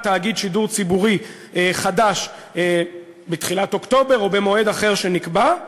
תאגיד שידור ציבורי חדש בתחילת אוקטובר או במועד אחר שנקבע,